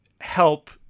help